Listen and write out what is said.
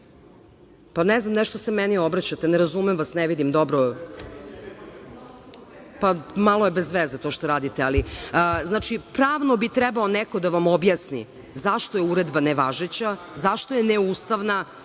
ko… Molim, nešto se meni obraćate, ne razumem vas, ne vidi dobro. Malo je bez veze to što radite. Pravno bi trebao neko da vam objasni zašto je Uredba ne važeća, zašto je neustavna,